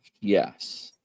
Yes